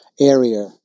area